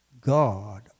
God